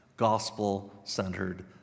gospel-centered